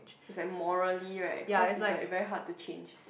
is like morally like cause is like very hard to change